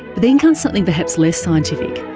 then kind of something perhaps less scientific,